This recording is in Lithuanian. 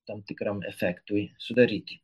tam tikram efektui sudaryti